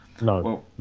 No